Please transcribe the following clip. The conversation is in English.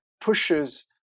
pushes